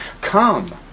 come